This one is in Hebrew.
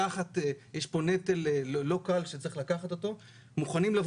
יש פה נטל לא קל שצריך לקחת אותו ואנחנו מוכנים בתנאי